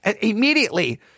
immediately